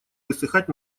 высыхать